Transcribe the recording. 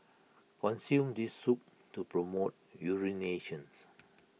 consume this soup to promote urinations